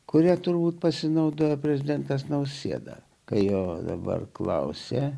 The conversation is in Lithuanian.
kuria turbūt pasinaudojo prezidentas nausėda kai jo dabar klausia